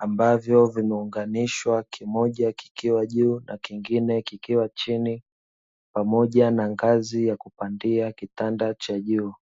ambavyo vimeunganishwa kimoja kikiwa juu na kingine kikiwa chini pamoja na ngazi ya kupandia kitanda cha juu.